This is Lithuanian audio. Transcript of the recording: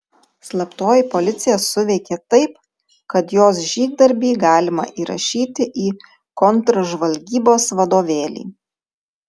slaptoji policija suveikė taip kad jos žygdarbį galima įrašyti į kontržvalgybos vadovėlį